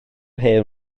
hen